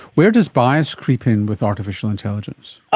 where does bias creep in with artificial intelligence?